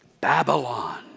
Babylon